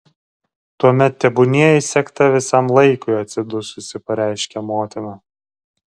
tuomet tebūnie įsegta visam laikui atsidususi pareiškia motina